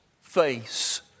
face